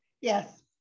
Yes